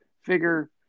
figure –